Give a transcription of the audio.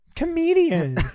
comedian